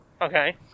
Okay